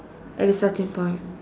at the starting point